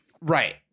Right